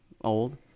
old